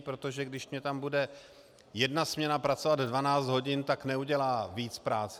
Protože když mi tam bude jedna směna pracovat 12 hodin, tak neudělá víc práce.